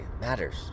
matters